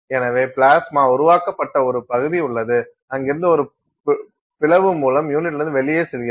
எனவே பிளாஸ்மா உருவாக்கப்பட்ட ஒரு பகுதி உள்ளது அங்கிருந்து அது ஒரு பிளவு மூலம் யூனிட்டில் இருந்து வெளியே செல்கிறது